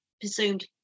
presumed